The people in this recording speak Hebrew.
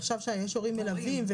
עכשיו כשיש הורים מלווים,